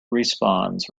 respawns